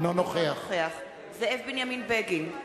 אינו נוכח זאב בנימין בגין,